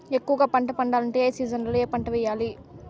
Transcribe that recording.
ఎక్కువగా పంట పండాలంటే ఏ సీజన్లలో ఏ పంట వేయాలి